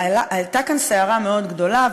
הייתה כאן סערה מאוד גדולה,